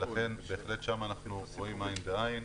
לכן, בהחלט שם אנחנו רואים עין בעין.